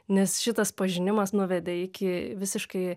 nes šitas pažinimas nuvedė iki visiškai